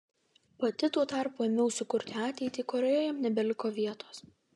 pati tuo tarpu ėmiausi kurti ateitį kurioje jam nebeliko vietos